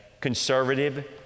conservative